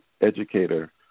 educator